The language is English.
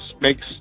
makes